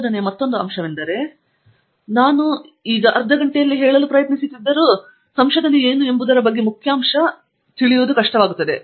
ಸಂಶೋಧನೆಯ ಮತ್ತೊಂದು ಅಂಶವೆಂದರೆ ನಾವು ನಿಮಗೆ ಒಂದು ಗಂಟೆಯಲ್ಲಿ ನೀಡಲು ಪ್ರಯತ್ನಿಸುತ್ತಿದ್ದರೂ ಸಂಶೋಧನೆಯು ಯಾವುದು ಎಂಬುದರ ಬಗ್ಗೆ ಮುಖ್ಯಾಂಶ ಬಂದಿದೆ